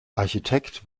architekt